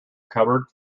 cupboard